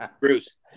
Bruce